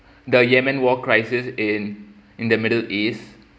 the yemen war crisis in in the middle east